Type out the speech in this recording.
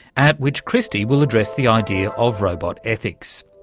at which christy will address the idea of robot ethics.